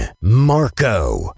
Marco